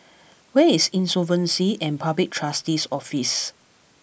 where is Insolvency and Public Trustee's Office